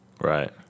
right